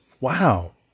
Wow